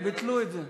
ביטלו את זה.